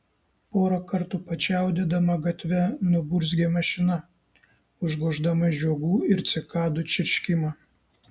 porą kartų pačiaudėdama gatve nuburzgė mašina užgoždama žiogų ir cikadų čirškimą